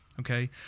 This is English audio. Okay